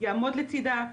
יעמוד לצידה,